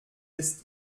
ist